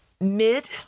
mid